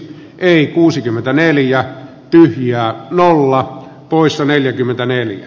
hei kuusikymmentäneljä pyhän ja nolla a poissa neljäkymmentäneljä